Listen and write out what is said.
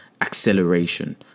acceleration